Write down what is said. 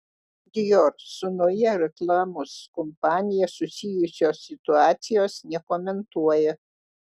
dior su nauja reklamos kampanija susijusios situacijos nekomentuoja